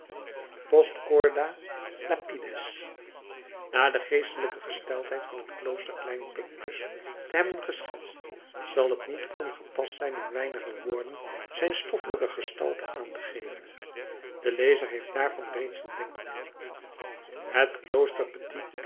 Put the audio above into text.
post corda lapides na de geestelijke gesteldheid van het klooster klein picpus te hebben geschetst zal het niet ongepast zijn in weinige woorden zijn stoffelijke gestalte aan te geven de lezer heeft daarvan reeds een denkbeeld het